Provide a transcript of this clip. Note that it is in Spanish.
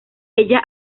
ella